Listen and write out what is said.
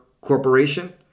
corporation